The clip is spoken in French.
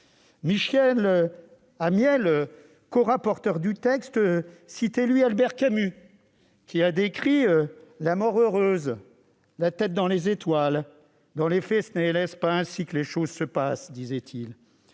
Michel Amiel, corapporteur du texte, citait lui Albert Camus, qui a décrit la mort heureuse, « la tête dans les étoiles ». Dans les faits, ce n'est, hélas ! pas ainsi que les choses se passent, disait-il.